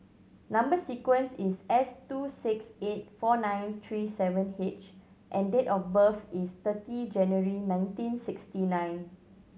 number sequence is S two six eight four nine three seven H and date of birth is thirty January nineteen sixty nine